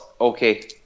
okay